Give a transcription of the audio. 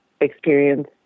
experience